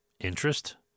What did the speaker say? Interest